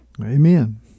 Amen